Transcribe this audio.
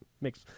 Makes